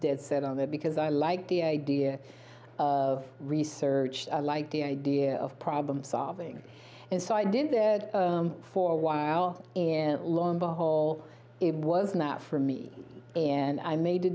dead set on that because i like the idea of research i like the idea of problem solving and so i did that for a while and lo and behold it was not for me and i made a